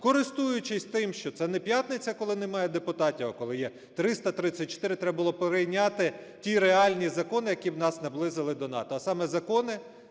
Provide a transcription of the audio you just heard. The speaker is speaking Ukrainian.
Користуючись тим, що це не п'ятниця, коли немає депутатів, а коли є 334, треба було прийняти ті реальні закони, які б нас наблизили до НАТО,